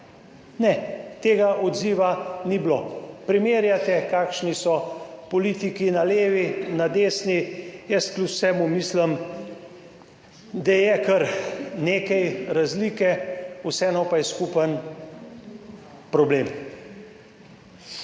Ne, tega odziva ni bilo. Primerjate kakšni so politiki na levi, na desni? Jaz kljub vsemu mislim, da je kar nekaj razlike, vseeno pa je skupen problem.